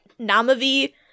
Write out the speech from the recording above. Namavi